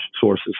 sources